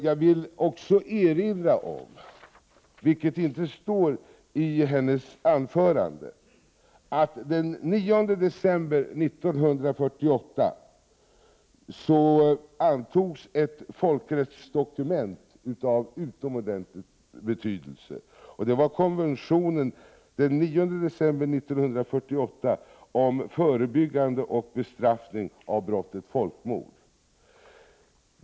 Jag vill också erinra om, vilket inte ingick i statsrådets anförande, att den 9 december 1948 antogs ett folkrättsdokument av utomordentlig betydelse, konventionen den 9 december 1948 om förebyggande och bestraffning av brottet folkmord.